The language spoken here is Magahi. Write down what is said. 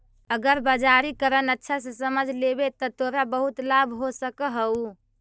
अगर बाजारीकरण अच्छा से समझ लेवे त तोरा बहुत लाभ हो सकऽ हउ